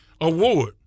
award